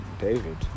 David